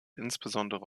insbesondere